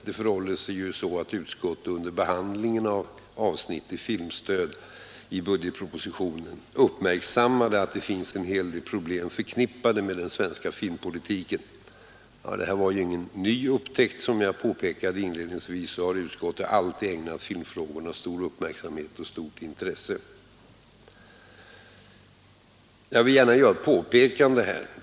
Det förhåller sig så att utskottet under sin behandling av avsnittet Filmstöd i budgetpropositionen uppmärksammade att det finns en hel del problem förknippade med den svenska filmpolitiken. Ja, det var ingen ny upptäckt. Som jag påpekade inledningsvis har utskottet alltid ägnat filmfrågorna stor uppmärksamhet och stort intresse. Jag vill här gärna göra ett påpekande.